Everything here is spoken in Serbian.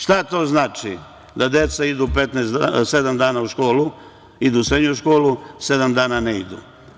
Šta to znači da deca idu sedam dana u školu, idu u srednju školu, a sedam dana ne idu.